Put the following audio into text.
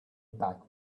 back